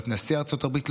לא את נשיא ארצות הברית,